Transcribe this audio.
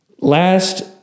Last